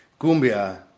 cumbia